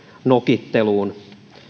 nokitteluun